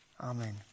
Amen